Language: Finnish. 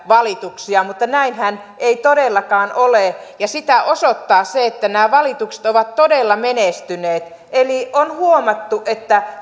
valituksia mutta näinhän ei todellakaan ole sitä osoittaa se että nämä valitukset ovat todella menestyneet eli on huomattu että